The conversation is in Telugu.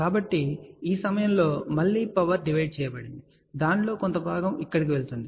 కాబట్టి ఈ సమయంలో మళ్ళీ పవర్ విభజించబడింది దానిలో కొంత భాగం ఇక్కడకు వెళుతుంది